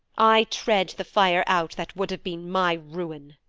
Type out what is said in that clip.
i tread the fire out that would have been my ruin.